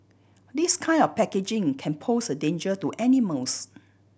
this kind of packaging can pose a danger to animals